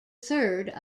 third